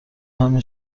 همین